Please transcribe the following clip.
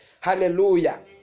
Hallelujah